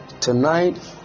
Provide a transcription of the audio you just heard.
tonight